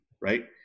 right